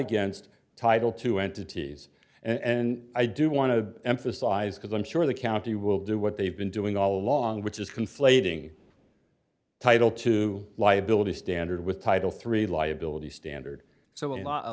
against title two entities and i do want to emphasize because i'm sure the county will do what they've been doing all along which is conflating title two liability standard with title three liability standard so